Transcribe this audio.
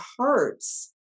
hearts